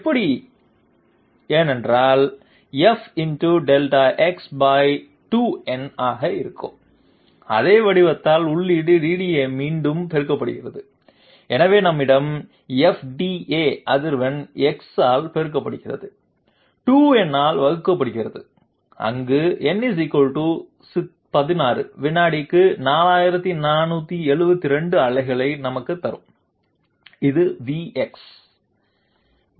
இது எப்படி ஏனென்றால் f×Δx2n ஆக இருக்கும் அதே வடிவத்தால் உள்ளீடு DDA மீண்டும் பெருக்கப்படுகிறது எனவே நம்மிடம் fda அதிர்வெண் x ஆல் பெருக்கப்படுகிறது 2n ஆல் வகுக்கப்படுகிறது அங்கு n 16 வினாடிக்கு 4472 அலைகளை நமக்குத் தரும் இது Vx